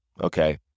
okay